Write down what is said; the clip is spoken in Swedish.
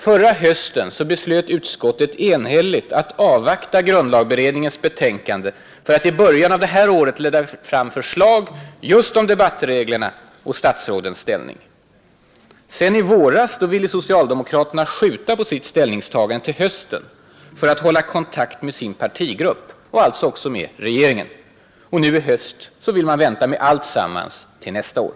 Förra hösten beslöt utskottet enhälligt att avvakta grundlagberedningens betänkande för att i början av detta år lägga fram förslag just om debattreglerna och statsrådens ställning. I våras ville sedan socialdemokraterna skjuta på sitt ställningstagande till hösten för att hålla kontakt med sin partigrupp, alltså också med regeringen. Nu i höst vill de vänta med alltsammans till nästa år!